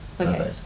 Okay